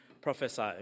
prophesy